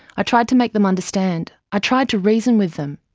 i tried to make them understand. i tried to reason with them.